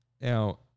Now